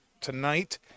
tonight